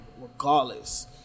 regardless